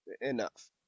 enough